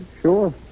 Sure